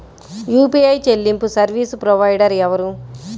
UPI చెల్లింపు service provider ఎవరు?